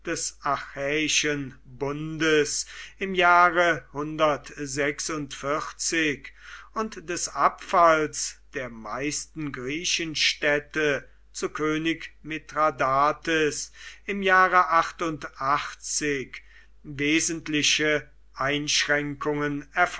des achäischen bundes im jahre und des abfalls der meisten griechenstädte zu könig mithradates im jahre wesentliche einschränkungen